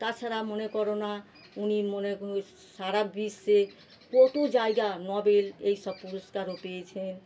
তাছাড়া মনে করো না উনি মনে কো সারা বিশ্বে কত জায়গা নবেল এইসব পুরস্কারও পেয়েছেন